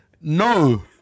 no